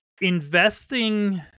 investing